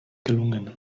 gelungen